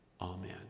amen